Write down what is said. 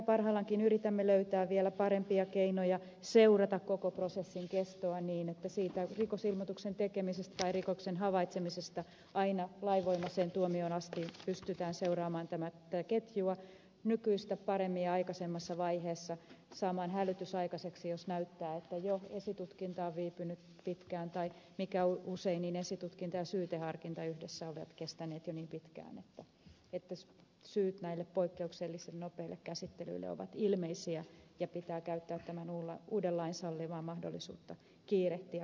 parhaillaankin yritämme löytää vielä parempia keinoja seurata koko prosessin kestoa niin että rikosilmoituksen tekemisestä tai rikoksen havaitsemisesta aina lainvoimaiseen tuomioon asti pystytään seuraamaan tätä ketjua nykyistä paremmin ja aikaisemmassa vaiheessa saamaan hälytys aikaiseksi jos näyttää siltä että jo esitutkinta on viipynyt pitkään tai mikä tapahtuu usein esitutkinta ja syyteharkinta yhdessä ovat kestäneet jo niin pitkään että syyt näille poikkeuksellisen nopeille käsittelyille ovat ilmeisiä ja pitää käyttää tämän uuden lain sallimaa mahdollisuutta kiirehtiä prosessia